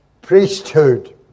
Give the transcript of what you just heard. priesthood